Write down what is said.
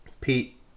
Pete